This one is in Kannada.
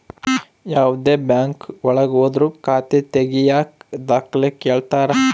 ಯಾವ್ದೇ ಬ್ಯಾಂಕ್ ಒಳಗ ಹೋದ್ರು ಖಾತೆ ತಾಗಿಯಕ ದಾಖಲೆ ಕೇಳ್ತಾರಾ